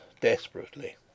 desperately